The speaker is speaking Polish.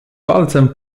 palcem